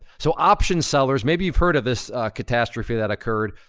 so optionsellers, maybe you've heard of this catastrophe that occurred.